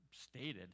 Stated